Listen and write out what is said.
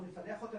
אנחנו נפלח אותם,